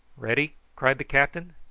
ready? cried the captain.